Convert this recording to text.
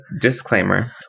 disclaimer